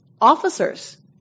officers